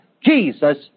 Jesus